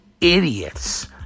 idiots